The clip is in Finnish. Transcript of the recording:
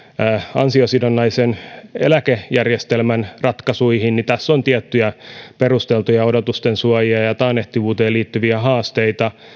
ansiosidonnaisen eläkejärjestelmän ratkaisuihin niin tässä on tiettyjä perusteltuja odotusten suojia ja ja taannehtivuuteen liittyviä haasteita